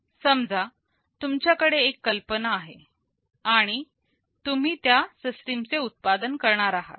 समजा तुमच्याकडे एक कल्पना आहे आणि तुम्ही त्या सिस्टीम चे उत्पादन करणार आहात